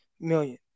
million